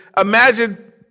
imagine